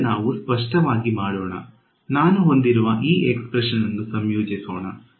ಈಗ ನಾವು ಸ್ಪಷ್ಟವಾಗಿ ಮಾಡೋಣ ನಾನು ಹೊಂದಿರುವ ಈ ಎಸ್ಪ್ರೆಷನ್ ಅನ್ನು ಸಂಯೋಜಿಸೋಣ